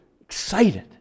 excited